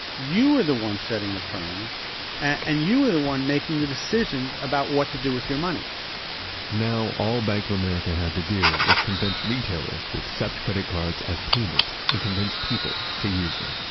you are the ones setting the terms and you are the one making the decision about what to do with your money now, all bank of america had to do was convince retailers to accept credit cards as payment and convince people to use them